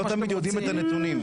יודעים את הנתונים.